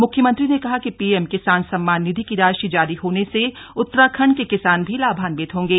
मुख्यमंत्री ने कहा कि पीएम किसान सम्मान निधि की राशि जारी होने से उत्तराखंड के किसान भी लाभान्वित होंगे